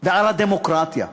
ועל הדמוקרטיה.